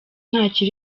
ntacyo